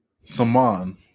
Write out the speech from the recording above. Saman